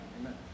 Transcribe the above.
Amen